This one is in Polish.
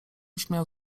brzmiał